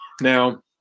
Now